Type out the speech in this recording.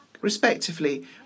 respectively